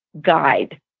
guide